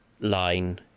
line